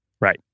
Right